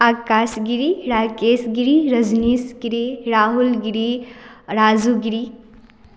आकाश गिरी राकेश गिरी रजनीश गिरी राहुल गिरी राजू गिरी